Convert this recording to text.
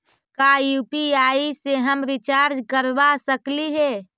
का यु.पी.आई से हम रिचार्ज करवा सकली हे?